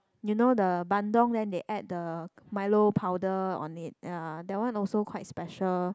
you know the Bandung then they add the Milo powder on it ya that one also quite special